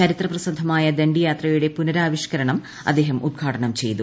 ചരിത്ര പ്രസിദ്ധമായ ദണ്ഡിയാത്രയുടെ പുനരാവിഷ്ക്കരണം അദ്ദേഹം ഉദ്ഘാടനം ചെയ്തു